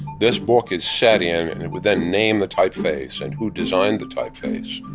this book is set in, and it would then name the typeface and who designed the typeface.